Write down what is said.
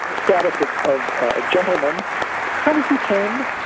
statuses of gentlemen, kind of became